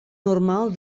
normal